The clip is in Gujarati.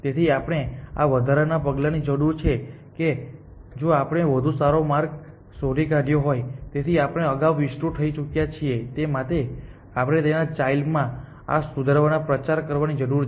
તેથી આપણે આ વધારાના પગલાની જરૂર છે કે જો આપણે વધુ સારો માર્ગ શોધી કાઢ્યો હોય તેથી આપણે અગાઉ વિસ્તૃત થઈ ચૂક્યા છીએ તે માટે આપણે તેમના ચાઈલ્ડ માં આ સુધારાનો પ્રચાર કરવાની જરૂર છે